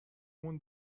مون